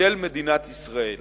של מדינת ישראל